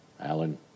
Alan